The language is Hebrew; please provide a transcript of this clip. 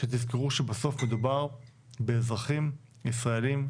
שתזכרו שבסוף מדובר באזרחים ישראלים,